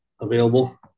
available